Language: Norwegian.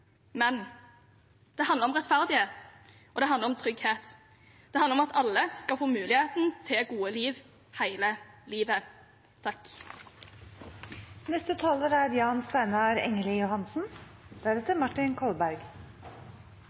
men det handler om rettferdighet, og det handler om trygghet. Det handler om at alle skal få muligheten til å leve et godt liv hele livet.